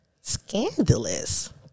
scandalous